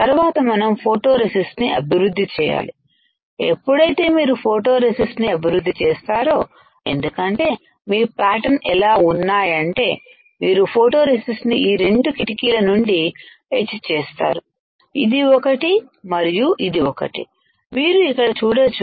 తరువాత మనం photoresist ని అభివృద్ధి చేయాలి ఎప్పుడైతే మీరు ఫోటో రెసిస్ట్ ని అభివృద్ధి చేస్తారో ఎందుకంటే మీ ప్యాటర్న్ ఎలా ఉన్నాయంటే మీరు ఫోటో రెసిస్టె ని ఈ రెండు కిటికీల నుండి ఎచ్చేస్తారు ఇది ఒకటి మరియు ఇది ఒకటి మీరు ఇక్కడ చూడొచ్చు